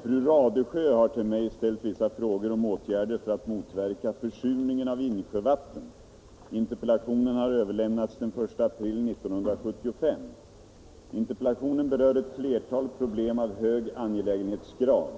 Herr talman! Fru Radesjö har till mig ställt vissa frågor om åtgärder för att motverka försurningen av insjövatten. Interpellationen har överlämnats den 1 april 1975. Interpellationen berör ett flertal problem av hög angelägenhetsgrad.